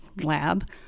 lab